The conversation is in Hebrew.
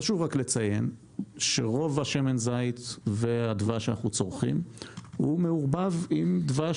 חשוב רק לציין שרוב שמן הזית והדבש שאנחנו צורכים מעורבב עם דבש